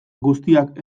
guztiak